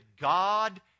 God